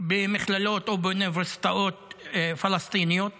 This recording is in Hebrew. במכללות או באוניברסיטאות פלסטיניות